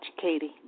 Katie